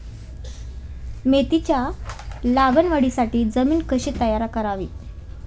मेथीच्या लागवडीसाठी जमीन कशी तयार करावी?